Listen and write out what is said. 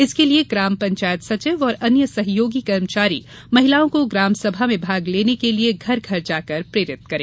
इसके लिए ग्राम पंचायत सचिव और अन्य सहयोगी कर्मचारी महिलाओं को ग्रामसभा में भाग लेने के लिए घर घर जाकर प्रेरित करें